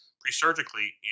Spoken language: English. pre-surgically